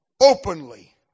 Openly